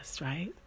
right